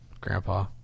Grandpa